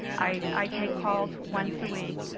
i take calls once a week.